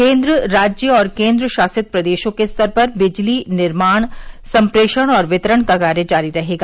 केंद्र राज्य और केंद्र शासित प्रदेशों के स्तर पर बिजली निर्माण संप्रेषण और वितरण का कार्य जारी रहेगा